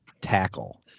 tackle